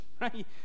right